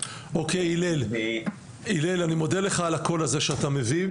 הלל, אני מודה לך על הקול שאתה מביא.